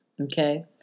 okay